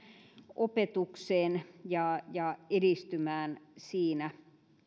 opetukseen ja ja edistymään siinä